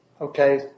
okay